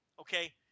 okay